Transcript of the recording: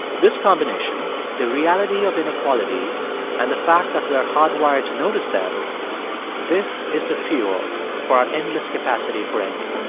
this combination the reality of inequalities and the fact that we're hardwired to notice them this is the fuel for our endless capacity for envy